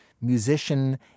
musician